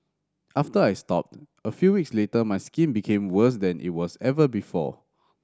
after I stopped a few weeks later my skin became worse than it was ever before